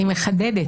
אני מחדדת.